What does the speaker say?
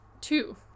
Two